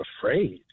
afraid